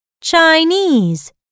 Chinese